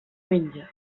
menja